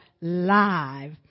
live